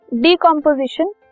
decomposition